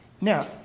Now